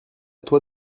toi